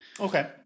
Okay